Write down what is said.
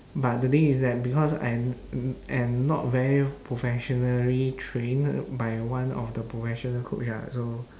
but the thing is that because I'm m~ am not very professionally trained by one of the professional coach ah so